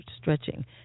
stretching